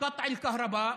לחלק אותו.